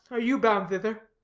are you bound thither?